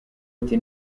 ati